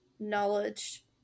knowledge